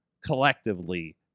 collectively